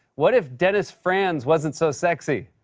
what if dennis franz wasn't so sexy?